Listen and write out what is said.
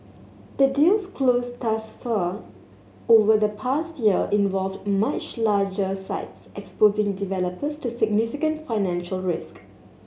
the deals closed thus far over the past year involved much larger sites exposing developers to significant financial risk